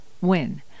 win